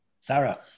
Sarah